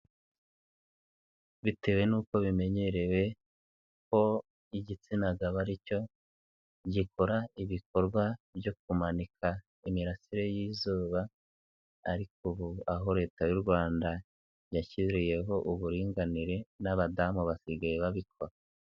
Bitewe n'uko bimenyerewe ko igitsina gaboba aricyo gikora ibikorwa byo kumanika imirasire y'izuba, ariko ubu aho leta y'u Rwanda yashyiriyeho uburinganire, n'abadamu basigaye babikora.